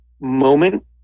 moment